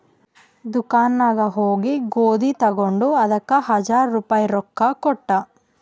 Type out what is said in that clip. ದುಕಾನ್ ನಾಗ್ ಹೋಗಿ ಗೋದಿ ತಗೊಂಡ ಅದಕ್ ಹಜಾರ್ ರುಪಾಯಿ ರೊಕ್ಕಾ ಕೊಟ್ಟ